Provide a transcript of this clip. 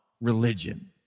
religion